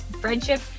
friendship